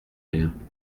rien